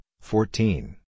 fourteen